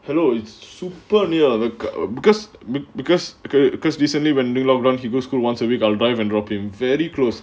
hello it's super near the uh because because because because recently when new lockdown he go school once a week I'll drive and drop him very close